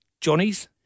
Johnny's